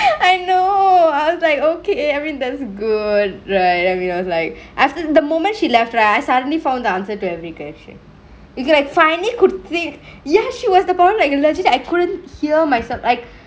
I know I was like okay I mean that's good right I mean I was like as in the moment she left right I suddenly found the answer to every question because I finally could think ya she was the problem like legit I couldn't hear myself like